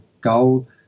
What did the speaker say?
goal